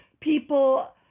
people